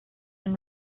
been